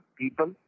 people